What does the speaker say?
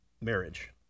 marriage